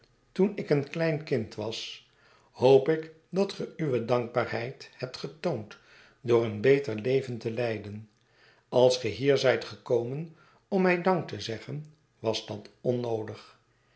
toen ik een klein kind was hoop ik dat ge uwe dankbaarheid hebt getoond door een beter leven te leiden als ge hier zijt gekomen om mij dank te zeggen was dat onnoodig